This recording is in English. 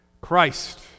Christ